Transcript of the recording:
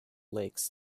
lakes